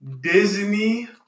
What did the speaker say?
Disney